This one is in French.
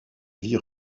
vie